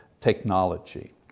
technology